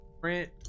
print